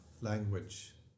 language